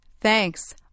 Thanks